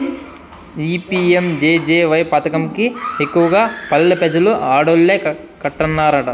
ఈ పి.యం.జె.జె.వై పదకం కి ఎక్కువగా పల్లె పెజలు ఆడోల్లే కట్టన్నారట